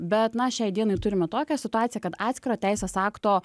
bet na šiai dienai turime tokią situaciją kad atskiro teisės akto